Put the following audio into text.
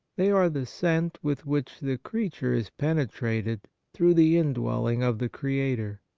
they are the scent with which the creature is penetrated through the indwelling of the creator.